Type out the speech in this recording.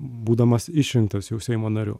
būdamas išrinktas jau seimo nariu